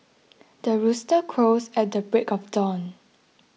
the rooster crows at the break of dawn